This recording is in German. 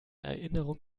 erinnerung